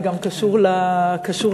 זה גם קשור לנושא.